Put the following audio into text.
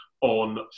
on